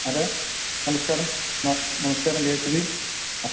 ആരാണ് നമസ്കാരം ന നമസ്കാരം കെ എസ് ഇ ബി ആ